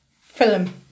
film